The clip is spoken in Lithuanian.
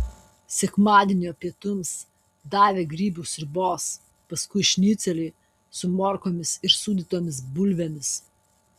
sekmadienio pietums davė grybų sriubos paskui šnicelį su morkomis ir sūdytomis bulvėmis